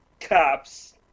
Cops